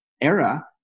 era